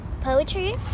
poetry